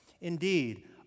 Indeed